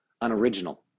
unoriginal